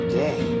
day